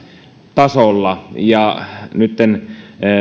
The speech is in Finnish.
tasolla ja nytten